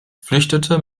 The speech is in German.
flüchtete